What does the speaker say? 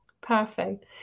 Perfect